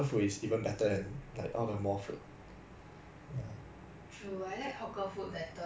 for me I very easygoing lah then hawker food is enough ah plus